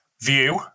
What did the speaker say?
view